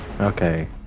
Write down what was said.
Okay